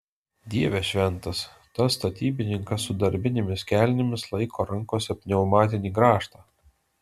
dieve šventas tas statybininkas su darbinėmis kelnėmis laiko rankose pneumatinį grąžtą